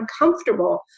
uncomfortable